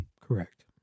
Correct